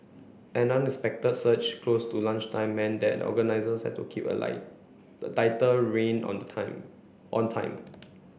an unexpected surge close to lunchtime meant that organisers had to keep a the tighter rein on the time on time